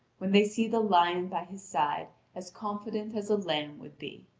when they see the lion by his side as confident as a lamb would be.